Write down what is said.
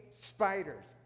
spiders